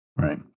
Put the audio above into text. Right